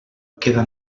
queda